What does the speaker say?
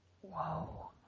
Whoa